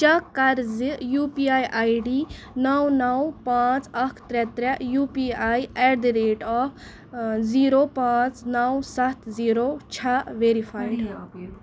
check کَر زِِ یہِ U P I I D نو نو پانٛژھ اکھ ترٛےٚ ترٛےٚ U P I at the rate of zero پانٛژھ نو سَتھ زیٖرو چھا ویریفایِڈ